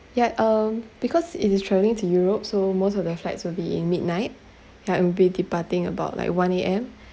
yup um because it is travelling to europe so most of the flights would be in midnight yeah we'll be departing about like one A_M